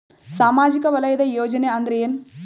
ಸಾಮಾಜಿಕ ವಲಯದ ಯೋಜನೆ ಅಂದ್ರ ಏನ?